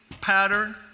pattern